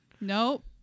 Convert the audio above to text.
Nope